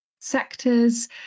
sectors